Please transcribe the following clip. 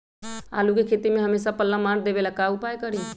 आलू के खेती में हमेसा पल्ला मार देवे ला का उपाय करी?